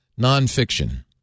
nonfiction